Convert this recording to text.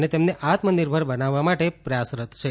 અને તેમને આત્મનિર્ભર બનાવવા માટે પ્રયાસરત છે